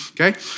okay